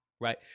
right